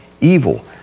evil